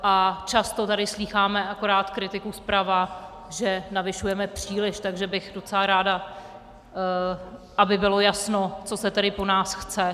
A často tady slýcháme akorát kritiku zprava, že navyšujeme příliš, takže bych docela ráda, aby bylo jasno, co se tedy po nás chce.